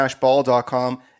ball.com